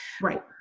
Right